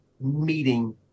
meeting